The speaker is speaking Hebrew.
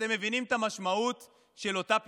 אתם מבינים את המשמעות של אותה פסגה.